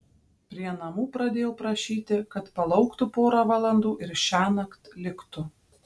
prie namų pradėjau prašyti kad palauktų porą valandų ir šiąnakt liktų